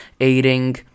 aiding